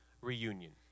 Reunion